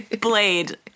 Blade